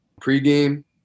Pre-game